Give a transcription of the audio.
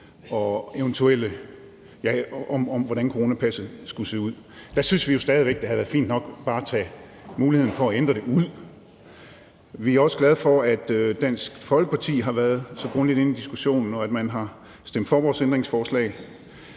om, hvordan coronapasset skulle se ud. Der synes vi jo stadig væk, det havde været fint nok bare at tage muligheden for at ændre det ud. Vi er også glade for, at Dansk Folkeparti har været så grundigt inde i diskussionen, og at man har stemt for vores ændringsforslag.